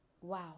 Wow